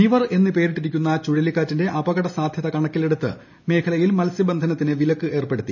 നിവർ എന്ന് പേരിട്ടിരിക്കുന്ന ചുഴലിക്കാറ്റിന്റെ അപകട സാധൃത കണക്കിലെടുത്തു മേഖലയിൽ മത്സ്യബന്ധനത്തിന് വിലക്ക് ഏർപ്പെടുത്തി